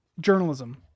Journalism